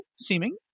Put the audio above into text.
seeming